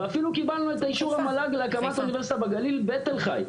ואפילו קיבלנו את אישור המל"ג להקמת אוניברסיטה בגליל בתל חי,